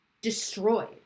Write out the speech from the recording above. destroyed